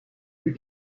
plus